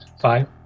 five